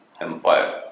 empire